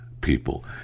people